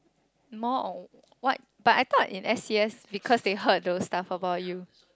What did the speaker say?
more on what but I thought in S_G_S because they heard those stuff about you